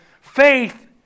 faith